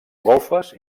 golfes